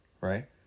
right